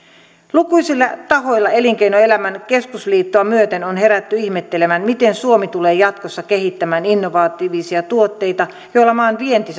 lukuisilla tahoilla elinkeinoelämän keskusliittoa myöten on herätty ihmettelemään miten suomi tulee jatkossa kehittämään innovatiivisia tuotteita joilla maan vienti